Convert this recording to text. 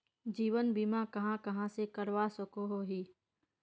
जीवन बीमा कहाँ कहाँ से करवा सकोहो ही?